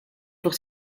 pour